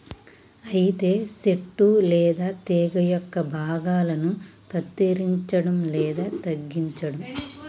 అయితే సెట్టు లేదా తీగ యొక్క భాగాలను కత్తిరంచడం లేదా తగ్గించడం